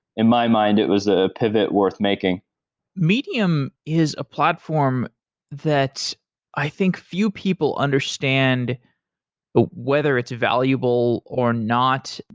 in my mind it was a pivot worth making medium is a platform that i think few people understand whether it's valuable or not.